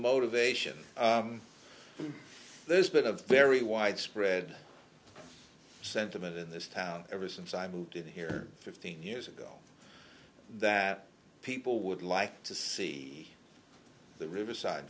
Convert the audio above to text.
motivation there's been a very widespread sentiment in this town ever since i moved here fifteen years ago that people would like to see the riverside